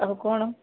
ଆଉ କ'ଣ